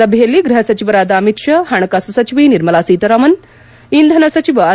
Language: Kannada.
ಸಭೆಯಲ್ಲಿ ಗ್ಬಹ ಸಚಿವರಾದ ಅಮಿತ್ ಶಾ ಹಣಕಾಸು ಸಚಿವೆ ನಿರ್ಮಲಾ ಸೀತಾರಾಮನ್ ಇಂಧನ ಸಚಿವ ಆರ್